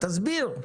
תסביר.